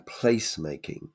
placemaking